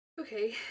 Okay